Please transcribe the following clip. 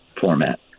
format